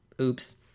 Oops